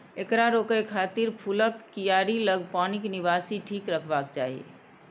एकरा रोकै खातिर फूलक कियारी लग पानिक निकासी ठीक रखबाक चाही